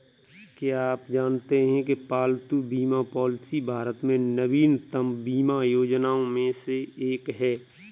क्या आप जानते है पालतू बीमा पॉलिसी भारत में नवीनतम बीमा योजनाओं में से एक है?